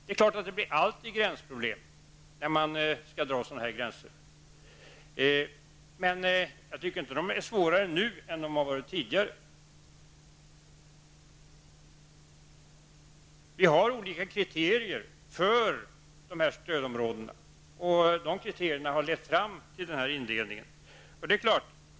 Det blir alltid problem när man skall dra gränser. Men jag tycker inte att de är svårare nu än de har varit tidigare. Vi har olika kriterier för stödområdena. De kriterierna har lett fram till denna indelning.